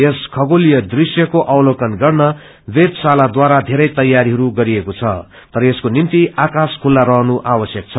यस खगोलिय दृश्यको अवलोकन गर्न वेद्यशालाद्वारा धेरै तेयारहरू गरिएको छ तर यसको निम्ति आकाश खुल्ता रहनु आवश्यक छ